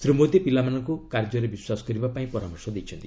ଶ୍ରୀ ମୋଦୀ ପିଲାମାନଙ୍କୁ କାର୍ଯ୍ୟରେ ବିଶ୍ୱାସ କରିବା ପାଇଁ ପରାମର୍ଶ ଦେଇଛନ୍ତି